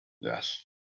Yes